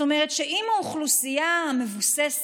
זאת אומרת שאם האוכלוסייה המבוססת,